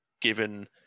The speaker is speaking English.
given